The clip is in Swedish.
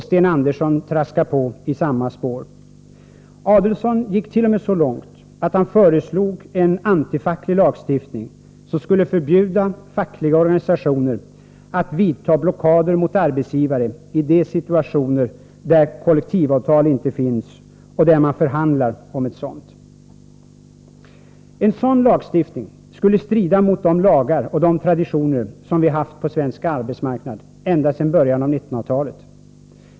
Sten Andersson traskar på i samma spår. Adelsohn gick t.o.m. så långt att han föreslog en antifacklig lagstiftning, som skulle förbjuda fackliga organisationer att vidta blockader mot arbetsgivare i de situationer där kollektivavtal inte finns och där man förhandlar om ett sådant. En sådan lagstiftning skulle strida mot de lagar och de traditioner som vi har haft på svensk arbetsmarknad ända sedan början av 1900-talet.